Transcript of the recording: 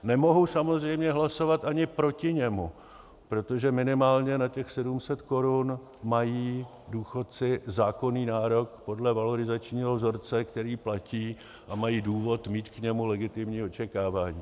Nemohu samozřejmě hlasovat ani proti němu, protože minimálně na těch 700 korun mají důchodci zákonný nárok podle valorizačního vzorce, který platí, a mají důvod mít k němu legitimní očekávání.